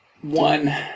One